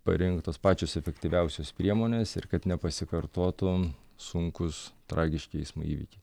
parinktos pačios efektyviausios priemonės ir kad nepasikartotų sunkūs tragiški eismo įvykiai